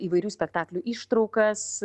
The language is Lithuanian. įvairių spektaklių ištraukas